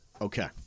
Okay